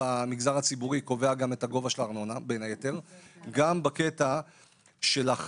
במגזר הציבורי קובע גם את גובה הארנונה בין היתר; וגם בקטע של החבות.